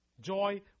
Joy